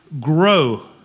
grow